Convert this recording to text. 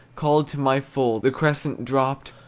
called to my full, the crescent dropped,